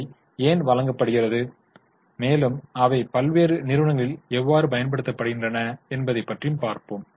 அவை ஏன் வழங்கப்படுகிறது மேலும் அவை பல்வேறு நிறுவனங்களில் எவ்வாறு பயன்படுத்தப்படுகின்றன என்பதை பற்றியும் பார்ப்போம்